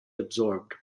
absorbed